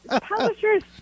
publishers